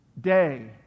day